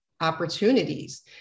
opportunities